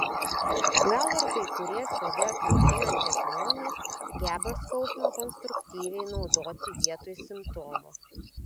gal ir kai kurie save kankinantys žmonės geba skausmą konstruktyviai naudoti vietoj simptomų